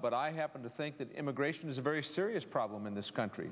but i happen to think that immigration is a very serious problem in this country